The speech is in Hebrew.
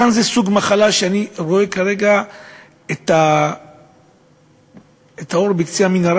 כאן זה סוג מחלה שאני רואה לגביה כרגע את האור בקצה המנהרה,